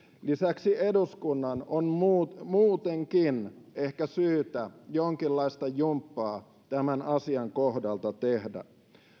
lisäksi eduskunnan on muutenkin ehkä syytä jonkinlaista jumppaa tämän asian kohdalta tehdä